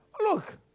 Look